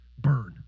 burn